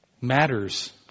matters